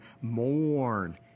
mourn